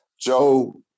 Joe